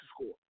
score